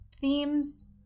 themes